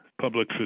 public